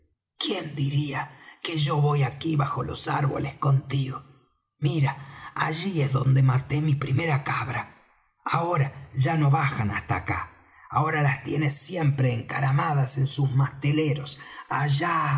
quién diría que yo voy aquí bajo los árboles contigo mira allí es donde maté mi primera cabra ahora ya no bajan hasta acá ahora las tienes siempre encaramadas en sus masteleros allá